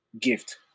gift